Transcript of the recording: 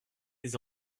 les